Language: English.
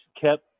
kept